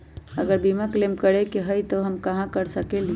अगर बीमा क्लेम करे के होई त हम कहा कर सकेली?